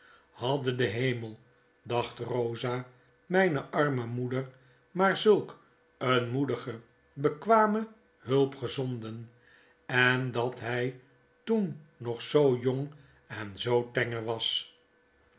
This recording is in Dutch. hadde de hemel dacht rosa mgnearme moeder maar zulk een moedige bekwame hulp gezonden en dat hij toen nog zoo jong en zoo tenger was